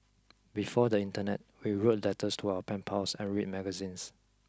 before the internet we wrote letters to our pen pals and read magazines